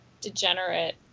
degenerate